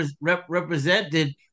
represented